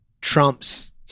trumps